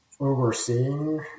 Overseeing